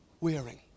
wearing